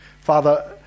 Father